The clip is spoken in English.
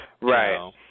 Right